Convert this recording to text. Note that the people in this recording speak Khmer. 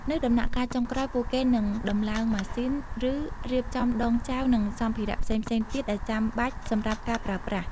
នៅដំណាក់កាលចុងក្រោយ ពួកគេនឹងដំឡើងម៉ាស៊ីន ឬរៀបចំដងចែវនិងសម្ភារៈផ្សេងៗទៀតដែលចាំបាច់សម្រាប់ការប្រើប្រាស់។